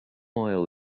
oil